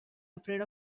afraid